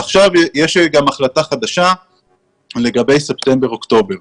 עכשיו יש גם החלטה חדשה לגבי ספטמבר-אוקטובר.